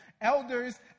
Elders